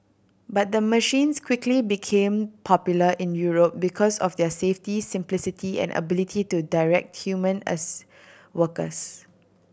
but the machines quickly became popular in Europe because of their safety simplicity and ability to direct human as workers